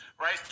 right